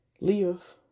live